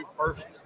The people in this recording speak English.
First